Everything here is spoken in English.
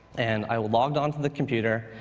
and i logged onto the computer,